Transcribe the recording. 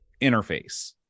interface